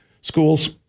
schools